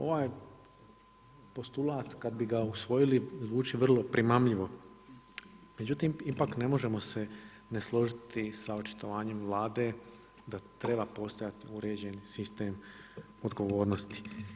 Ovaj postulat kad bi ga usvojili, zvuči vrlo primamljivo međutim ipak ne možemo se ne složiti sa očitovanjem Vlade da treba postojati uređeni sistem odgovornosti.